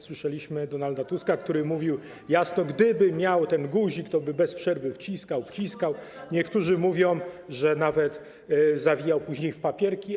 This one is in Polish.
Słyszeliśmy Donalda Tuska, który mówił jasno, że gdyby miał ten guzik, toby bez przerwy wciskał, wciskał, a niektórzy mówią, że nawet zawijał później w papierki.